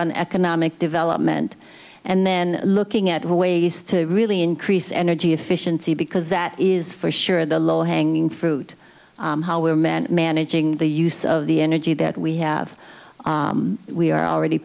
on economic development and then looking at ways to really increase energy efficiency because that is for sure the low hanging fruit how we're meant managing the use of the energy that we have we are already